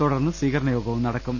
തുടർന്ന് സ്വീകരണ യോഗവും നടക്കും